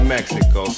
Mexico